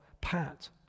pat